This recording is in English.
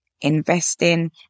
investing